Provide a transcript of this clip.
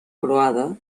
croada